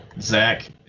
Zach